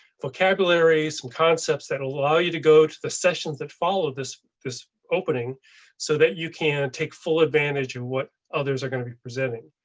vocabulary. some concepts that allow you to go to the sessions that follow this this opening so that you can take full advantage of what others are to be presenting.